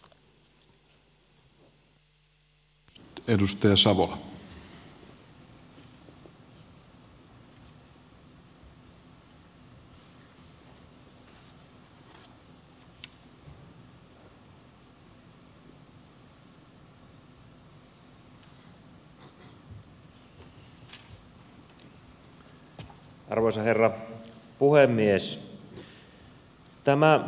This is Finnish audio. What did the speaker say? arvoisa herra puhemies